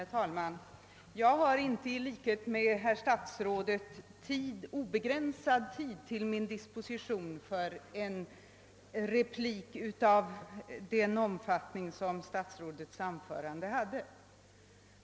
Herr talman! Jag har inte såsom herr statsrådet obegränsad tid till min disposition för en replik av den omfattning som statsrådets anförande hade.